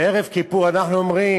בערב יום כיפור אנחנו אומרים: